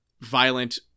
violent